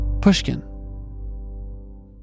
Pushkin